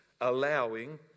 allowing